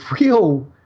real –